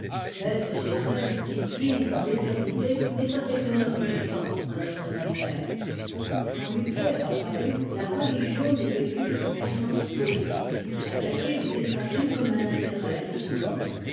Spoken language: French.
l'être suprême qui puise dans l'éternité n'est pas économe du temps à notre manière quand luther a paru la religion n'était plus qu'une puissance politique attaquée ou défendue comme un intérêt de ce monde